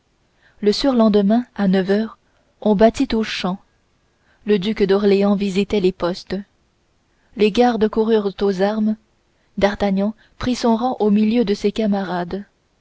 le surlendemain à neuf heures on battit aux champs le duc d'orléans visitait les postes les gardes coururent aux armes d'artagnan prit son rang au milieu de ses camarades